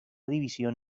división